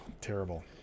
terrible